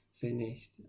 finished